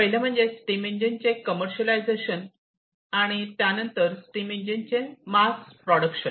पहिले म्हणजे स्टीम इंजिनचे कमर्शियलायझेशन आणि त्यानंतर स्टीम इंजिनचे मास प्रोडक्शन